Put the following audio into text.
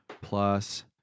plus